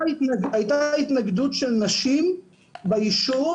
היתה התנגדות של נשים ביישוב,